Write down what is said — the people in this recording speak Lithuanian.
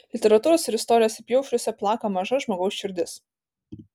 literatūros ir istorijos apyaušriuose plaka maža žmogaus širdis